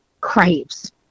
craves